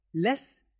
less